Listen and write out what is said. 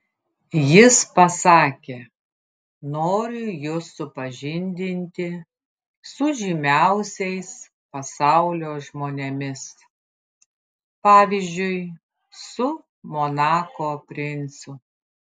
jis pasakė noriu jus supažindinti su žymiausiais pasaulio žmonėmis pavyzdžiui su monako princu